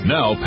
Now